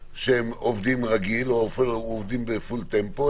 עובדים רגיל או עובדים אפילו בפול טמפו,